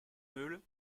meules